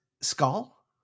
Skull